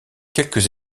quelques